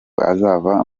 azava